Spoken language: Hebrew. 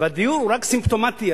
והדיור הוא רק סימפטומטי.